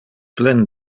plen